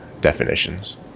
definitions